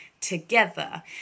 together